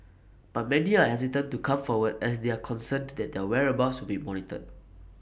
but many are hesitant to come forward as they are concerned that their whereabouts would be monitored